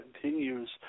continues